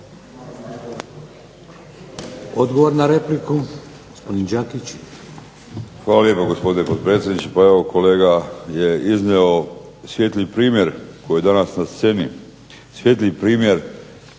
Odgovor na repliku, gospodin Đakić. **Đakić, Josip (HDZ)** Hvala lijepo gospodine potpredsjedniče. Pa evo kolega je iznio svijetli primjer koji je danas na sceni, svijetli primjer